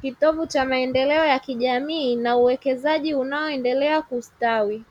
kitovu cha maendeleo ya na uwekezaji unaoendelea kustawi.